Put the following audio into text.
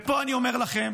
ופה אני אומר לכם,